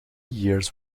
years